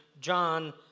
John